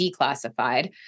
declassified